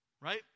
right